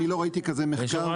אני לא ראיתי כזה מחקר,